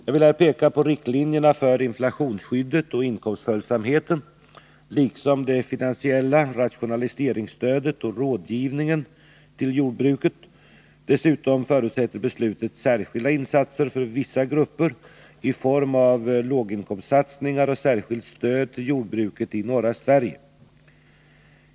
Jag vill här peka på riktlinjerna för inflationsskyddet och inkomstföljsamheten liksom det finansiella rationaliseringsstödet och rådgivningen till jordbruket. Dessutom förutsätter beslutet särskilda insatser för vissa grupper i form av låginkomstsatsningar och särskilt stöd till jordbruket i norra Sverige.